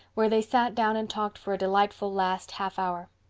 where they sat down and talked for a delightful last half hour.